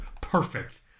Perfect